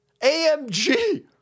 AMG